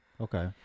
Okay